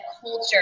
culture